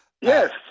Yes